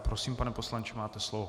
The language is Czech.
Prosím, pane poslanče, máte slovo.